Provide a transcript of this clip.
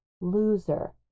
loser